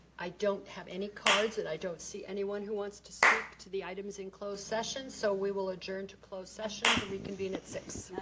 i don't have any cards, and i don't see anyone who wants to speak to the items in close session. so, we will adjourn to close session, to reconvene at six.